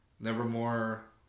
Nevermore